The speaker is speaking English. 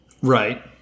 Right